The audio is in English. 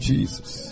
Jesus